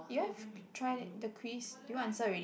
you have try the crisp did you answer already